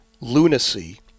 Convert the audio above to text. lunacy